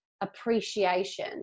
Appreciation